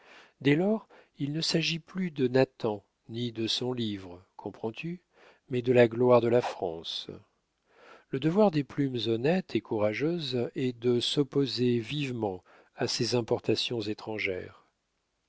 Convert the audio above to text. idées dès-lors il ne s'agit plus de nathan ni de son livre comprends-tu mais de la gloire de la france le devoir des plumes honnêtes et courageuses est de s'opposer vivement à ces importations étrangères